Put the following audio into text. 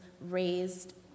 raised